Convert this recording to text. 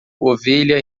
ovelha